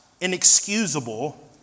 inexcusable